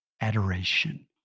adoration